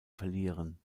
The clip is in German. verlieren